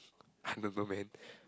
I don't know man